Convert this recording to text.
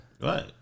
Right